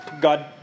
God